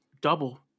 Double